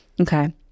Okay